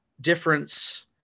difference